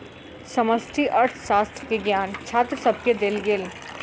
समष्टि अर्थशास्त्र के ज्ञान छात्र सभके देल गेल